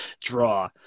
draw